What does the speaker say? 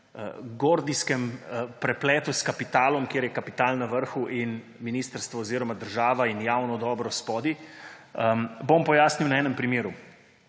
gordijskem prepletu s kapitalom, kjer je kapital na vrhu in ministrstvo oziroma država in javno dobro spodaj. Pojasnil bom na enem primeru,